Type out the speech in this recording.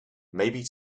maybe